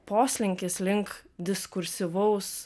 poslinkis link diskursyvaus